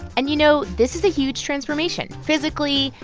and, you know, this is a huge transformation physically,